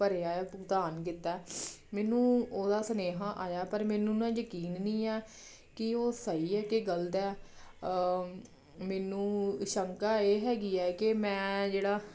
ਭਰਿਆ ਹੈ ਭੁਗਤਾਨ ਕੀਤਾ ਮੈਨੂੰ ਉਹਦਾ ਸੁਨੇਹਾ ਆਇਆ ਪਰ ਮੈਨੂੰ ਨਾ ਯਕੀਨ ਨਹੀਂ ਆ ਕਿ ਉਹ ਸਹੀ ਹੈ ਕਿ ਗਲਤ ਹੈ ਮੈਨੂੰ ਸ਼ੰਕਾ ਇਹ ਹੈਗੀ ਹੈ ਕਿ ਮੈਂ ਜਿਹੜਾ